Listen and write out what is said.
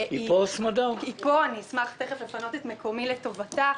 היא נמצאת פה, אשמח תיכף לפנות את מקומי לטובתה.